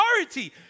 authority